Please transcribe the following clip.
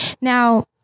Now